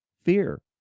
Fear